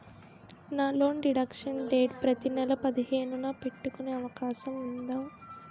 నా loan deduction date ప్రతి నెల పదిహేను న పెట్టుకునే అవకాశం ఉందా?